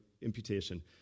imputation